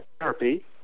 therapy